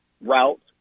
route